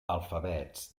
alfabets